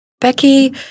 Becky